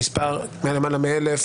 גם המספר למעלה מ-1,000.